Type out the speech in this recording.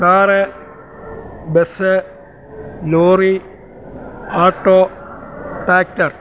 car bus lorry auto tractor